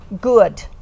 good